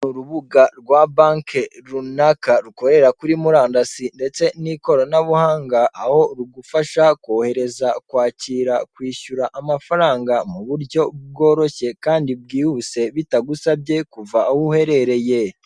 Urubuga rwa banki runaka rukorera kuri murandasi ndetse n'ikoranabuhanga aho rugufasha kohereza, kwakira, kwishyura amafaranga mu buryo bworoshye kandi bwihuse bitagusabye kuva aho uherereye.